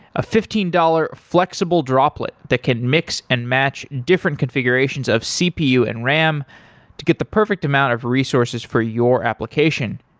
a fifteen dollars flexible droplet that can mix and match different configurations of cpu and ram to get the perfect amount of resources for your application.